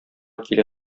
килә